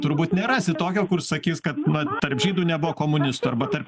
turbūt nerasi tokio kur sakys kad va tarp žydų nebuvo komunistų arba tarp